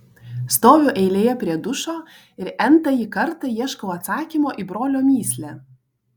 stoviu eilėje prie dušo ir n tąjį kartą ieškau atsakymo į brolio mįslę